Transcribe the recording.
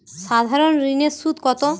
সাধারণ ঋণের সুদ কত?